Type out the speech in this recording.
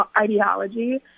ideology